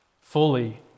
fully